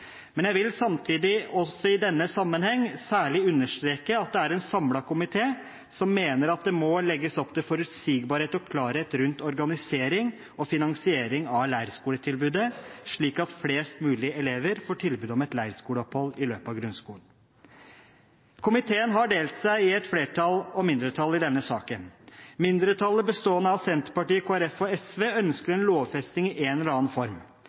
Men jeg vil samtidig også i denne sammenheng særlig understreke at det er en samlet komité som mener at det må legges opp til forutsigbarhet og klarhet rundt organisering og finansiering av leirskoletilbudet, slik at flest mulig elever får tilbud om et leirskoleopphold i løpet av grunnskolen. Komiteen har delt seg i et flertall og et mindretall i denne saken. Mindretallet, bestående av Senterpartiet, Kristelig Folkeparti og SV, ønsker en lovfesting i en eller annen form,